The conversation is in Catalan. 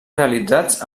realitzats